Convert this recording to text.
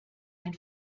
ein